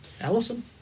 Allison